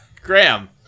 Graham